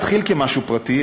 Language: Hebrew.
יכול להתחיל כמשהו פרטי,